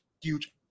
huge